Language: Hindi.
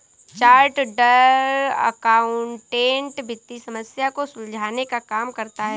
चार्टर्ड अकाउंटेंट वित्तीय समस्या को सुलझाने का काम करता है